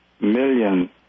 million